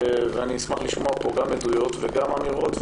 אשמח לשמוע פה גם עדויות וגם אמירות,